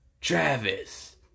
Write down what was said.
Travis